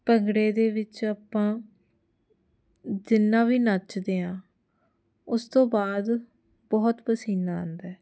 ਭੰਗੜੇ ਦੇ ਵਿੱਚ ਆਪਾਂ ਜਿੰਨਾ ਵੀ ਨੱਚਦੇ ਹਾਂ ਉਸ ਤੋਂ ਬਾਅਦ ਬਹੁਤ ਪਸੀਨਾ ਆਉਂਦਾ